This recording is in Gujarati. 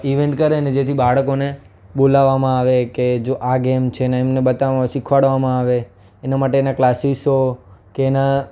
ઇવેંટ કરે ને જેથી બાળકોને બોલાવવામાં આવે કે જો આ ગેમ છે ને એમને બતાવવામાં શીખવાડવામાં આવે એના માટે એના ક્લાસીસો કે એના